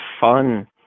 fun